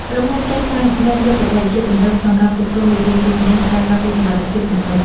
ក្រុមហ៊ុនចិនបាននាំយកបច្ចេកវិទ្យាទំនើបក្នុងការគ្រប់គ្រងវារីអគ្គិសនី និងការការពារសុវត្ថិភាពទំនប់។